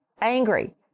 angry